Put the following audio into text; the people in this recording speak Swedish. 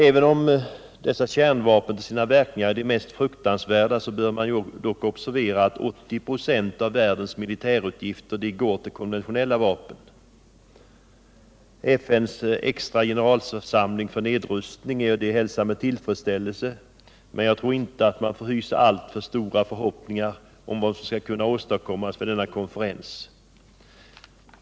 Även om kärnvapen till sina verkningar är de mest fruktansvärda bör man observera att 80 96 av världens militärutgifter går till konventionella vapen. FN:s extra generalförsamling för nedrustning är att hälsa med tillfredsställelse, men man får inte hysa alltför stora förhoppningar om vad som skall kunna åstadkomas vid denna konferens.